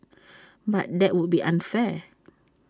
but that would be unfair